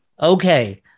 Okay